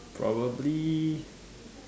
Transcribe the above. probably